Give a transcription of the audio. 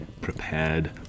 prepared